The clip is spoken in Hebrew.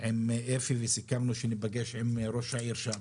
עם אפי וסיכמנו שניפגש עם ראש העיר שם,